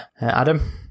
Adam